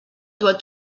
doit